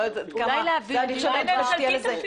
אפילו הצעת חוק ממשלתית.